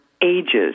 ages